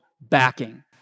backing